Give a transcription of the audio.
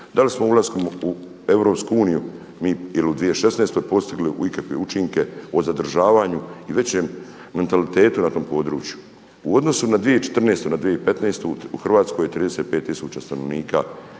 da li smo ulaskom u EU mi ili u 2016. postigli ikakve učinke o zadržavanju i većem mentalitetu na tom području. U odnosu na 2014. na 2015. u Hrvatskoj je 35000 stanovnika